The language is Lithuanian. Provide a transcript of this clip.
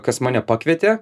kas mane pakvietė